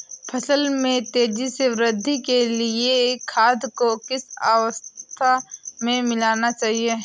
फसल में तेज़ी से वृद्धि के लिए खाद को किस अवस्था में मिलाना चाहिए?